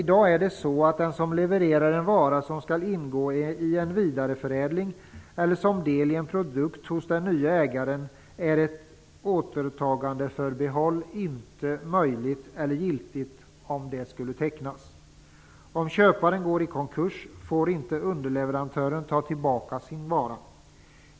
I dag är det inte möjligt eller giltigt att teckna ett återtagandeförbehåll om någon levererar en vara som skall ingå i en vidareförädling eller som del i en produkt hos den nye ägaren. Om köparen går i konkurs får inte underleverantören ta tillbaka sin vara.